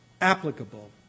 applicable